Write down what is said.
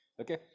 okay